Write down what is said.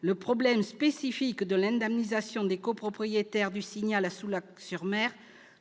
Le problème spécifique de l'indemnisation des copropriétaires du Signal, à Soulac-sur-Mer,